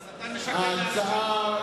אתה משקר לאנשים.